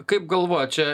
kaip galvojat čia